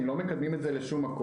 הם לא מקדמים את זה לשום מקום,